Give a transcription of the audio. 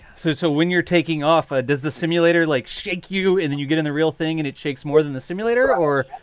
so so when you're taking off. does the simulator, like, stick you in? then you get in the real thing and it takes more than the simulator or.